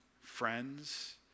friends